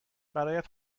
برایت